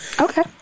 okay